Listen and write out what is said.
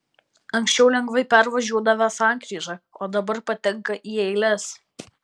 anksčiau lengvai pervažiuodavę sankryžą o dabar patenka į eiles